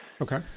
Okay